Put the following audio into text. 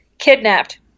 Kidnapped